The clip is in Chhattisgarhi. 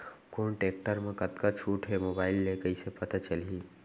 कोन टेकटर म कतका छूट हे, मोबाईल ले कइसे पता चलही?